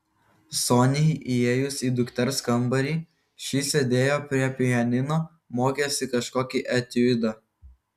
soniai įėjus į dukters kambarį ši sėdėjo prie pianino mokėsi kažkokį etiudą